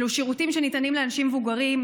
אלו שירותים שניתנים לאנשים מבוגרים,